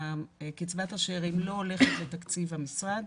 קצבת השאירים לא הולכת לתקציב המשרד,